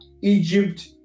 Egypt